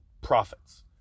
profits